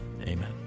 Amen